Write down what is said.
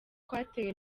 twateye